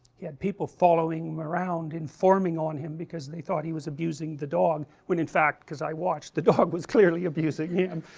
he had people following him around informing on him because they thought he was abusing the dog when in fact, because i watched the dog was clearly abusing him